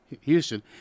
Houston